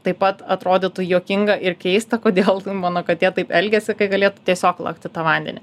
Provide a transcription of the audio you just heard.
taip pat atrodytų juokinga ir keista kodėl mano katė taip elgiasi kai galėtų tiesiog lakti tą vandenį